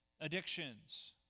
Addictions